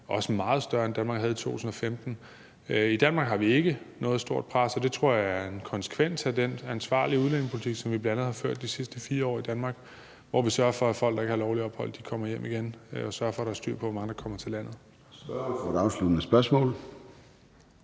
også meget større end det, Danmark havde i 2015. I Danmark har vi ikke noget stort pres, og det tror jeg er en konsekvens af den ansvarlige udlændingepolitik, som vi bl.a. har ført de sidste 4 år i Danmark, hvor vi sørger for, at folk, der ikke har lovligt ophold, kommer hjem igen, og sørger for at have styr på, hvor mange der kommer til landet.